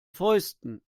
fäusten